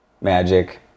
magic